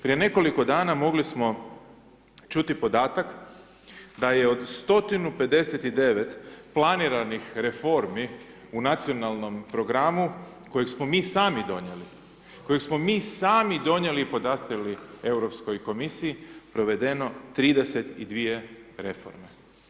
Prije nekoliko dana, mogli smo čuti podatak da je od 159 planiranih reformi u Nacionalnom programu kojeg smo mi sami donijeli, kojeg smo mi sami donijeli i podastrijeli Europskoj komisiji, provedeno 32 reforme.